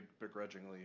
begrudgingly